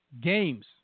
games